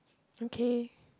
okay